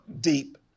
deep